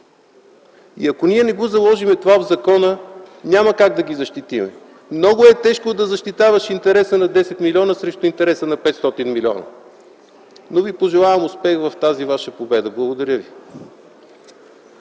И ако ние не го заложим това в закона, няма как да ги защитим. Много е тежко да защитаваш интереса на 10 милиона срещу интереса на 500 милиона. Но ви пожелавам успех в тази ваша битка. Благодаря ви.